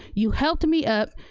you helped me up,